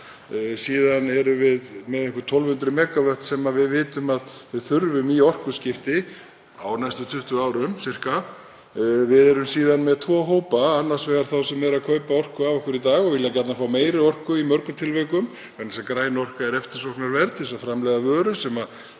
Síðan erum við með ein 1.200 MW sem við vitum að við þurfum í orkuskipti á næstu 20 árum sirka. Við erum síðan með tvo hópa, annars vegar þá sem eru að kaupa orku af okkur í dag og vilja gjarnan fá meiri orku í mörgum tilvikum, vegna þess að græn orka er eftirsóknarverð til að framleiða vöru sem er